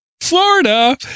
Florida